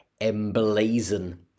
emblazon